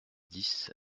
dix